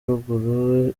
ruguru